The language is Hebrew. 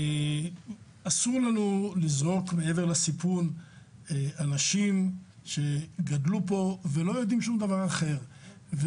אסור לנו לזרוק מעבר לסיפון אנשים שגדלו פה ולא יודעים שום דבר אחר.